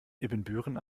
ibbenbüren